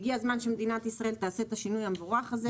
הגיע הזמן שמדינת ישראל תעשה את השינוי המבורך הזה.